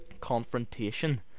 confrontation